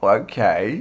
okay